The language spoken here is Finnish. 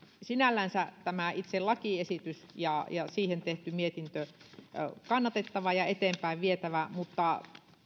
sinällänsä tämä itse lakiesitys ja ja siihen tehty mietintö on kannatettava ja eteenpäin vietävä mutta